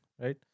right